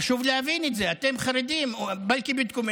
חשוב להבין את זה, אתם חרדים, (אומר